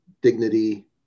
dignity